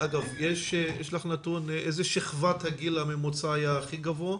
יש לך נתון איזו שכבת הגיל הממוצע היה הכי גבוה?